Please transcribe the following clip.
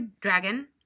dragon